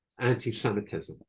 antisemitism